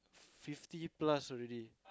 fifty plus already